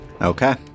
Okay